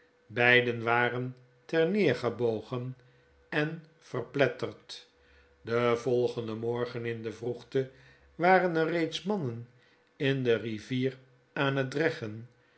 beiden waren terneergebogen en verpletterd den volgenden morgen in de vroegte waren er reeds mannen in de rivier aan hetdreggen